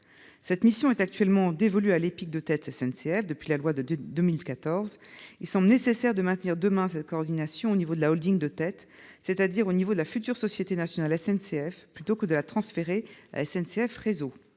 cette mission est dévolue à l'EPIC de tête SNCF. Il semble nécessaire de maintenir demain cette coordination au niveau de la holding de tête, c'est-à-dire au niveau de la future société nationale SNCF, plutôt que de la transférer à SNCF Réseau.